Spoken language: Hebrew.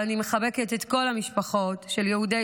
ואני מחבקת את כל המשפחות של יהודי